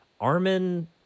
Armin